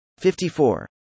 54